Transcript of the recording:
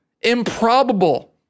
improbable